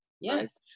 Yes